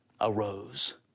arose